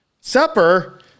Supper